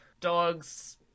dogs